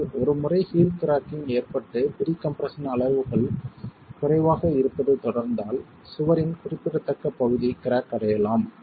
ஆனால் ஒருமுறை heel cracking ஏற்பட்டு ப்ரீ கம்ப்ரஷன் அளவுகள் குறைவாக இருப்பது தொடர்ந்தால் சுவரின் குறிப்பிடத்தக்க பகுதி கிராக் அடையலாம்